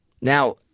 Now